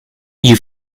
you